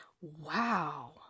wow